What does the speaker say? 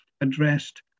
addressed